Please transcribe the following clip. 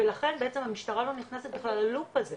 ולכן המשטרה לא נכנסת בכלל ללופ הזה,